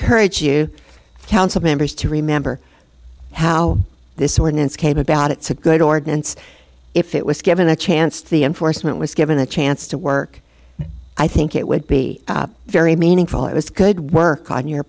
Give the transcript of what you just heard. encourage you council members to remember how this ordinance came about it's a good ordinance if it was given the chance the enforcement was given a chance to work i think it would be very meaningful it was good work on your